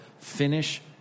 finish